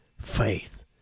Faith